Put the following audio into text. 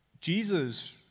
Jesus